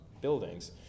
buildings